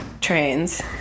trains